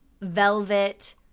velvet